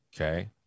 okay